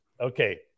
okay